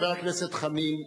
חבר הכנסת חנין,